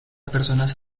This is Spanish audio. personas